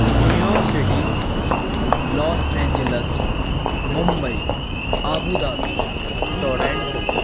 new York City Los Angeles Mumbai Abu Dhabi Toronto